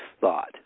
thought